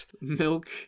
milk